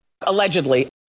allegedly